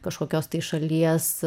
kažkokios šalies